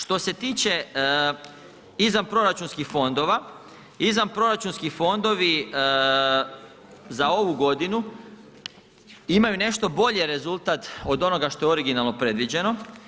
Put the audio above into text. Što se tiče izvanproračunskih fondova, izvanproračunski fondovi za ovu godinu imaju nešto bolji rezultat od onoga što je originalno predviđeno.